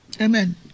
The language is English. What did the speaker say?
Amen